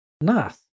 Nice